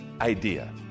idea